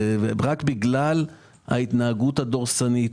זה רק בגלל ההתנהגות הדורסנית